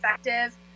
effective